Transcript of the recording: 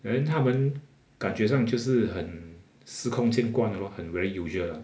and then 他们感觉上就是很司空见惯了 mah 很 very usual ah